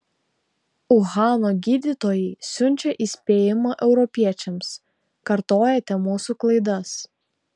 uhano gydytojai siunčia įspėjimą europiečiams kartojate mūsų klaidas